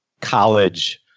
college